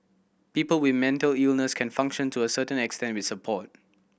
people with mental illness can function to a certain extent with support